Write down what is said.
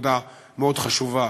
נקודה מאוד חשובה.